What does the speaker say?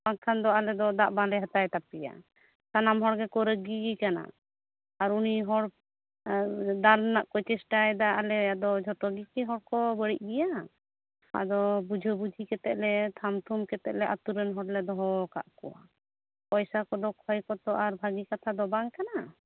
ᱵᱟᱝᱠᱷᱟᱱ ᱫᱚ ᱟᱞᱮ ᱫᱚ ᱫᱟᱜ ᱵᱟᱞᱮ ᱦᱟᱛᱟᱭ ᱛᱟᱯᱮᱭᱟ ᱥᱟᱱᱟᱢ ᱦᱚᱲ ᱜᱮᱠᱚ ᱨᱟᱹᱜᱤ ᱟᱠᱟᱱᱟ ᱟᱨ ᱩᱱᱤ ᱦᱚᱲ ᱫᱟᱞ ᱜᱨᱮᱱᱟᱜ ᱠᱚ ᱪᱮᱥᱴᱟᱭᱮᱫᱟ ᱟᱞᱮ ᱟᱫᱚ ᱡᱚᱛᱚ ᱜᱮ ᱠᱤ ᱦᱚᱲ ᱠᱚ ᱵᱟᱹᱲᱤᱡ ᱜᱮᱭᱟ ᱟᱫᱚ ᱵᱩᱡᱷᱟᱹᱵᱩᱡᱷᱤ ᱠᱟᱛᱮ ᱞᱮ ᱛᱷᱟᱢ ᱛᱷᱩᱢ ᱠᱟᱛᱮ ᱞᱮ ᱟᱹᱛ ᱨᱮᱱ ᱦᱚᱲᱞᱮ ᱫᱚᱦᱚ ᱟᱠᱟᱫ ᱠᱚᱣᱟ ᱯᱚᱭᱥᱟ ᱠᱚᱫᱚ ᱠᱷᱚᱭ ᱠᱚᱫᱚ ᱵᱷᱟᱹᱜᱤ ᱠᱟᱛᱷᱟ ᱫᱚ ᱵᱟᱝ ᱠᱟᱱᱟ